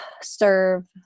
serve